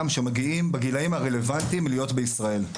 שמגיעים בגילאים הרלוונטיים להיות בישראל,